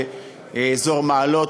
באזור מעלות,